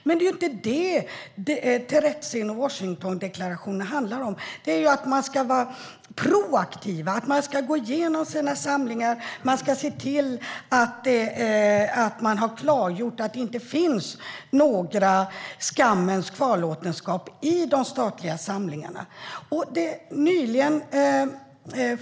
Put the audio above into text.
Men det är inte detta som Terezin och Washingtondeklarationerna handlar om. De handlar om att man ska vara proaktiv, att man ska gå igenom sina samlingar och se till att man har klargjort att det inte finns någon skammens kvarlåtenskap i de statliga samlingarna.